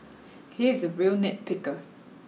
he is a real nit picker